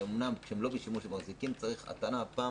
שאומנם כשהן לא בשימוש צריך הטענה פעם